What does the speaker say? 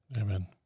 Amen